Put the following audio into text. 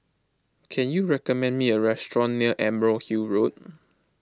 can you recommend me a restaurant near Emerald Hill Road